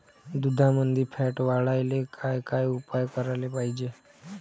दुधामंदील फॅट वाढवायले काय काय उपाय करायले पाहिजे?